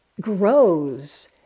grows